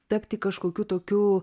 tapti kažkokiu tokiu